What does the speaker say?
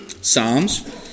psalms